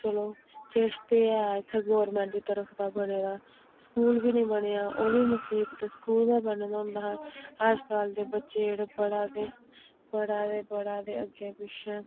चलो किश ते ऐ इत्थें गोरमेंट दी तरफ दा बने दा स्कूल बी नी बनेआ ओह् बी मुसीबत स्कूल गै बने दा होंदा हा अज्जकल दे बच्चे जेह्ड़े पढ़ा दे पढ़ा दे पढ़ा दे अग्गें पिच्छें